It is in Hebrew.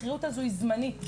השכירות הזו היא זמנית,